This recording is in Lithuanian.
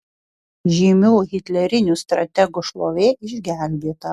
žymių hitlerinių strategų šlovė išgelbėta